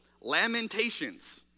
lamentations